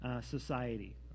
society